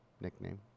nickname